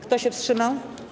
Kto się wstrzymał?